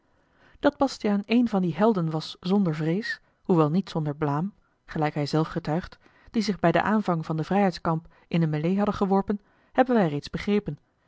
dat bastiaan één van die helden was zonder vrees hoewel niet zonder blaam gelijk hij zelf getuigt die zich bij den aanvang van den vrijheidskamp in den mêlée hadden geworpen hebben wij reeds begrepen